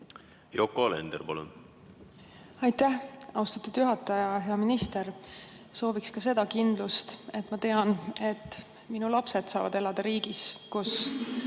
Yoko Alender, palun! Aitäh, austatud juhataja! Hea minister! Sooviks ka seda kindlust, et ma tean, et minu lapsed saavad elada riigis, kus